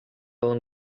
along